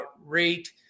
rate